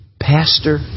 Pastor